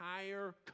entire